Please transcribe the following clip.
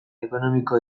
ekonomiko